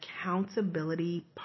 accountability